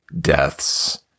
deaths